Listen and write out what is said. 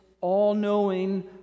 all-knowing